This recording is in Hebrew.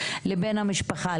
לבן המשפחה,